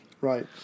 Right